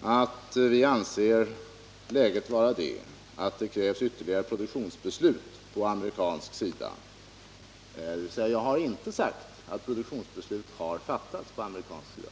och sade att vi anser läget vara det att det krävs ytterligare produktionsbeslut på amerikansk sida, dvs. jag har inte sagt att produktionsbeslut har fattats på amerikansk sida.